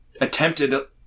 attempted